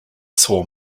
saw